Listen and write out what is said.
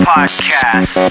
Podcast